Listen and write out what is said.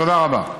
תודה רבה.